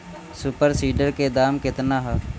Super seeder के दाम केतना ह?